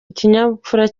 ikinyabupfura